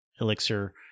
Elixir